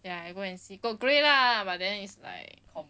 ya I go and see got grey lah but then is like